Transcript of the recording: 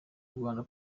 rwanda